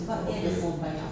ya